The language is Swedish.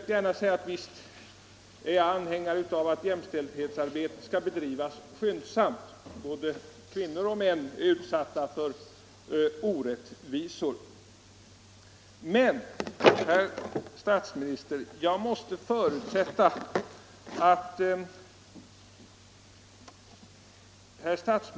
Visst är jag anhängare av 12 december 1974 att jämställdhetsarbetet bedrivs skyndsamt — både kvinnor och män är utsatta för orättvisor — men jag förutsätter att statsministern anlitar de Ang.